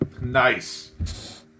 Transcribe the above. Nice